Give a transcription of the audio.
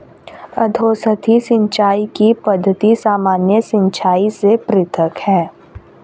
अधोसतही सिंचाई की पद्धति सामान्य सिंचाई से पृथक है